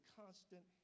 constant